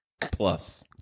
Plus